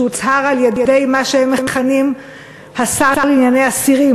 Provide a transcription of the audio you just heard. שהוצהר על-ידי מה שהם מכנים "השר לענייני אסירים",